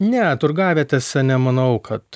ne turgavietėse nemanau kad